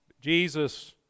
Jesus